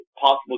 possible